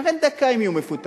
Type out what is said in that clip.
אחרי דקה הם יהיו מפוטרים.